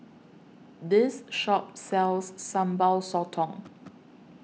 This Shop sells Sambal Sotong